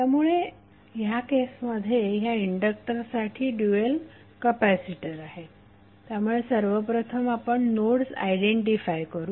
त्यामुळे ह्या केसमध्ये ह्या इंडक्टरसाठी ड्यूएल कपॅसिटर आहे त्यामुळे सर्वप्रथम आपण नोड्स आयडेंटिफाय करू